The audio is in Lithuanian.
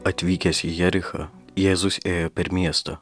atvykęs į jerichą jėzus ėjo per miestą